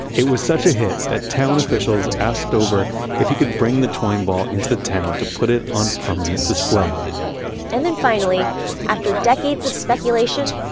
it was such a hit that town officials asked stoeber if he could bring the twine ball into the town to put it on permanent display and then finally after decades of speculation,